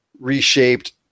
reshaped